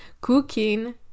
cooking